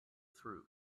through